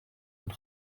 und